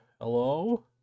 Hello